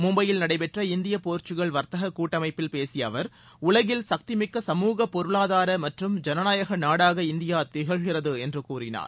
மும்பையில் நடைபெற்ற இந்திய போர்ச்சுக்கல் வர்த்தக கூட்டமைப்பில் பேசிய அவர் உலகில் சக்திமிக்க சமூக பொருளாதார மற்றும் ஜனநாயக நாடாக இந்தியா திகழ்கிறது என்று கூறினார்